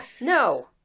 No